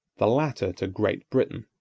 the latter to great britain.